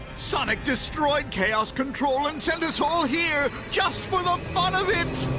sonic destroyed chaos control and sent us all here just for the fun of it!